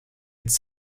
its